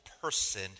person